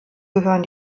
gehören